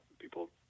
people